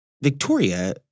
Victoria